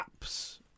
apps